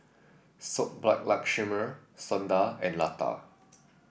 Subbulakshmi Sundar and Lata